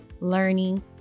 learning